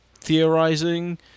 theorizing